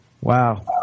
wow